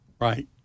Right